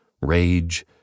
rage